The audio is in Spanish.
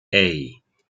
hey